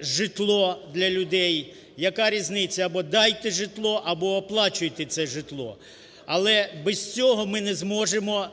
житло для людей, яка різниця або дайте житло, або оплачуйте це житло. Але без цього ми не зможемо